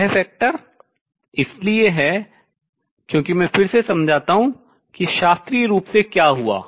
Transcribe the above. यह factor गुणक इसलिए है क्योंकि मैं फिर से समझाता हूँ कि शास्त्रीय रूप से क्या हुआ